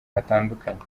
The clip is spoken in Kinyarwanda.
hatandukanye